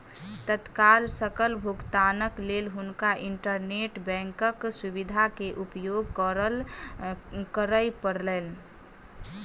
तत्काल सकल भुगतानक लेल हुनका इंटरनेट बैंकक सुविधा के उपयोग करअ पड़लैन